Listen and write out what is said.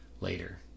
later